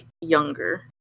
younger